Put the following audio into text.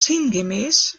sinngemäß